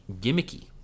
Gimmicky